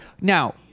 Now